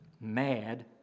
mad